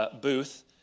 booth